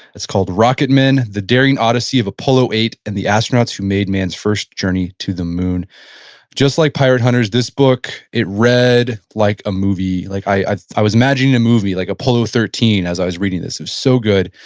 it's called rocket men the daring odyssey of apollo eight and the astronauts who made man's first journey to the moon just like pirate hunters, this book, it read like a movie. like i i was imagining a movie like apollo thirteen as i was reading this. it was so good.